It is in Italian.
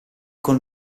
con